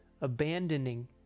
abandoning